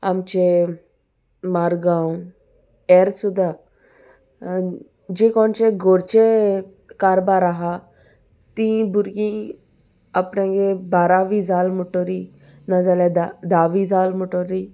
आमचें मारगांव हेर सुद्दां जे कोणचे घरचें कारबार आहा तीं भुरगीं आपणगे बारावी जाल म्हणटरी नाजाल्या धावी जाल म्हणटरी